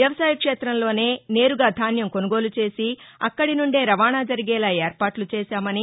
వ్యవసాయ క్షేత్రంలోనే నేరుగా ధాస్యం కొనుగోలు చేసి అక్కడి నుండే రవాణా జరిగేలా ఏర్పాట్లు చేసామని